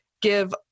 give